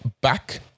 Back